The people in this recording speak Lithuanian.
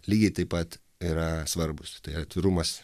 lygiai taip pat yra svarbūs tai atvirumas